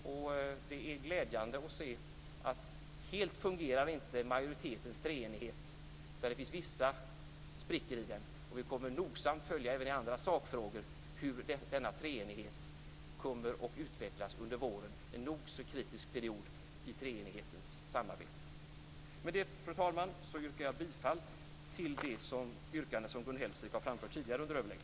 Och det är glädjande att se att majoritetens treenighet inte fungerar helt utan att det finns vissa sprickor i den. Vi kommer nogsamt, även i andra sakfrågor, att följa hur denna treenighet kommer att utvecklas under våren, en nog så kritisk period i treenighetens samarbete. Fru talman! Med det anförda yrkar jag bifall till de yrkanden som Gun Hellsvik tidigare under överläggningen har framfört.